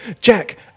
Jack